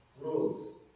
rules